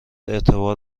اعتبار